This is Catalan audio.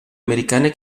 americana